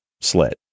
slit